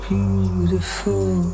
Beautiful